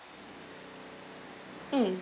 mm